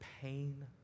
pain